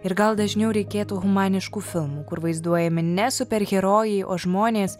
ir gal dažniau reikėtų humaniškų filmų kur vaizduojami ne superherojai o žmonės